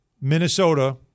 Minnesota